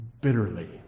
bitterly